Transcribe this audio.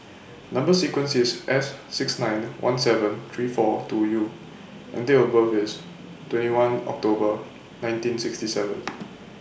Number sequence IS S six nine one seven three four two U and Date of birth IS twenty one October nineteen sixty seven